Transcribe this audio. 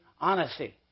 Honesty